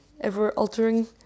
ever-altering